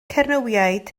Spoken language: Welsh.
cernywiaid